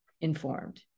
informed